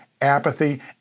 apathy